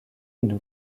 une